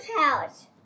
house